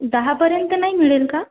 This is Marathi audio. दहापर्यंत नाही मिळेल का